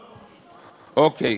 אוקיי.